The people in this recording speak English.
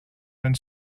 and